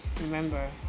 remember